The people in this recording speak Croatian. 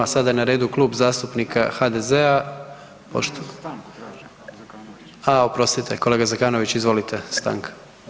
Sada je na redu Klub zastupnika HDZ-a, a oprostite, kolega Zekanović izvolite, stanka.